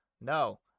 no